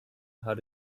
how